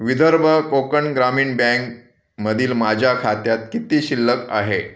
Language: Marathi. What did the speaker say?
विदर्भ कोकण ग्रामीण बँकमधील माझ्या खात्यात किती शिल्लक आहे